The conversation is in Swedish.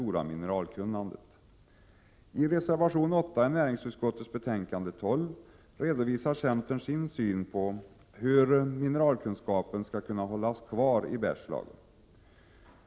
17 december 1987 I reservation 8 i näringsutskottets betänkande 12 redovisar centern sin synd om, og på hur mineralkunskapen skulle kunna bevaras i Bergslagen.